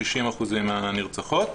60% מהנרצחות,